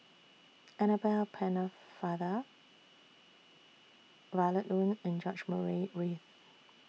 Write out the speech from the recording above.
Annabel Pennefather Violet Oon and George Murray Reith